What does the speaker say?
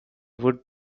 would